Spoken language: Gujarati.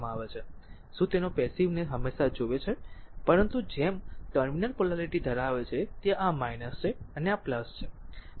શું તેનો પેસીવ ને હંમેશા જોવે છે પરંતુ જેમ ટર્મિનલ પોલારીટી ધરાવે છે તે આ છે અને આ છે કરંટ પ્રવેશ ટર્મિનલ છે